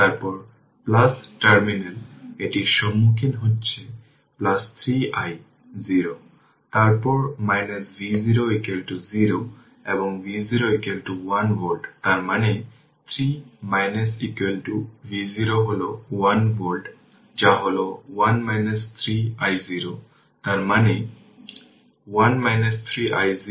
তারপর টার্মিনাল এটি সম্মুখীন হচ্ছে 3 i0 তারপর V0 0 এবং V0 1 ভোল্ট তার মানে 3 V0 হল 1 ভোল্ট যা হল 1 3 i0 তার মানে 1 3 i0 0 বাই 3